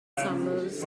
summers